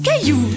Caillou